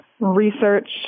research